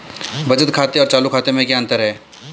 बचत खाते और चालू खाते में क्या अंतर है?